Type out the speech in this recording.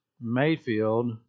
Mayfield